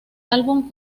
álbum